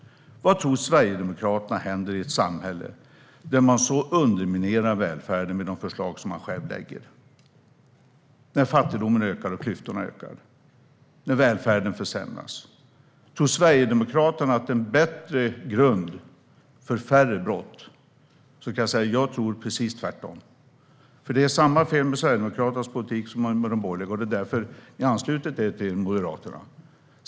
Vad tror Sverigedemokraterna händer i ett samhälle där man underminerar välfärden med de förslag som man själv lägger fram, när fattigdomen och klyftorna ökar och välfärden försämras? Tror Sverigedemokraterna att det är en bättre grund för färre brott? Jag tror precis tvärtom. Det är samma fel med Sverigedemokraternas politik som med den borgerliga. Det är därför som ni anslutit er till Moderaterna.